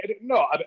no